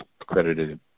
accredited